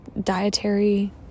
dietary